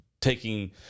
taking